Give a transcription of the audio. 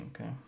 Okay